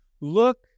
Look